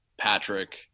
Patrick